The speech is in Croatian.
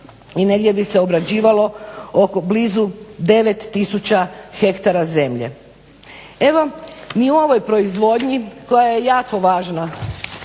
i negdje bi se obrađivalo blizu 9000 hektara zemlje. Evo ni u ovoj proizvodnji koja je jako važna